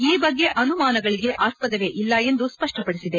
ಈ ಬಗ್ಗೆ ಅನುಮಾನಗಳಿಗೆ ಆಸ್ವದವೇ ಇಲ್ಲ ಎಂದು ಸ್ಪಷ್ಟಪಡಿಸಿದೆ